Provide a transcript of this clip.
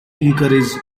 encouraged